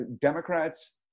Democrats